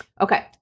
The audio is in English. Okay